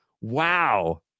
Wow